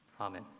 Amen